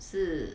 是